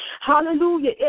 Hallelujah